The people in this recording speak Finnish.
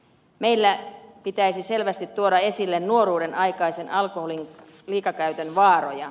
meillä pitäisi selvästi tuoda esille nuoruudenaikaisen alkoholin liikakäytön vaaroja